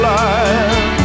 life